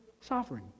sovereign